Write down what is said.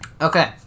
Okay